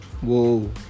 Whoa